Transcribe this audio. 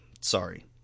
sorry